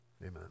Amen